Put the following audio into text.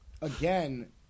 again